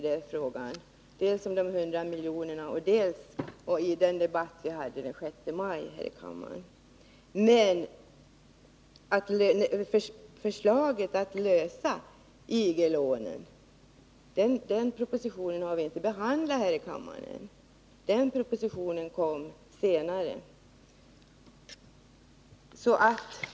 Den om de 100 miljonerna debatterade vi i kammaren den 6 maj, men propositionen med förslaget att lösa IG-lånen har vi inte behandlat än — den propositionen kom senare.